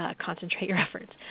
ah concentrate your efforts.